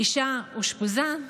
האישה אושפזה,